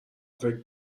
فکر